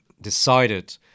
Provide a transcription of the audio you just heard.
decided